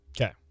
Okay